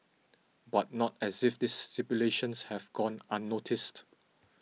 but not as if this stipulations have gone unnoticed